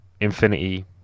Infinity